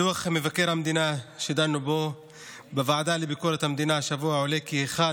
מדוח מבקר המדינה שדנו בו בוועדה לביקורת המדינה השבוע עולה כי אחד